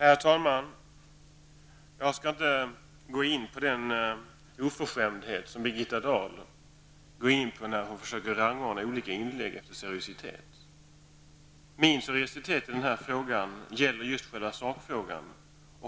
Herr talman! Jag skall inte gå in på den oförskämdhet som Birgitta Dahl gjorde sig skyldig till när hon försökte rangordna de olika inläggen efter hur seriösa de var. Min ''seriositet'' i den här frågan gäller just själva sakfrågan.